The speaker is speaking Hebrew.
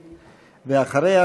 ואחריה,